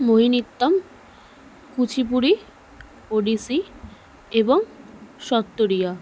মোহিনীয়ট্টম কুচিপুরী ওড়িশি এবং সত্রীয়া